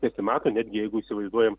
nesimato netgi jeigu įsivaizduojam